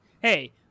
Hey